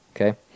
Okay